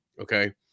Okay